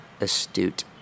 astute